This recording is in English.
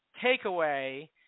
takeaway